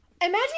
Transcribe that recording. Imagine